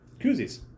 Koozies